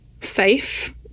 safe